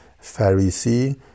Pharisee